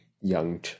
young